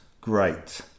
great